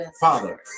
Father